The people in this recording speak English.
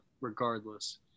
regardless